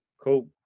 cool